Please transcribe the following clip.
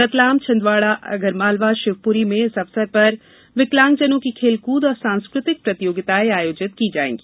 रतलाम छिन्दवाड़ा आगरमालवा शिवपुरी में इस अवसर पर विकलांगजनों की खेलकृद और सांस्कृतिक प्रतियोगिता आयोजित की जायेगी